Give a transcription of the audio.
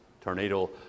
tornado